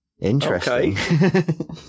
Interesting